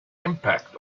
impact